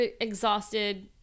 exhausted